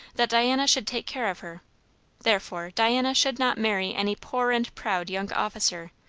that diana should take care of her therefore diana should not marry any poor and proud young officer,